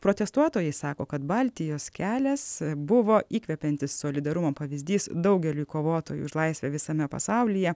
protestuotojai sako kad baltijos kelias buvo įkvepiantis solidarumo pavyzdys daugeliui kovotojų už laisvę visame pasaulyje